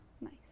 Nice